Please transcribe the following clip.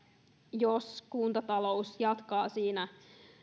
jos kuntatalous jatkaa siinä